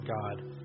God